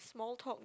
small talk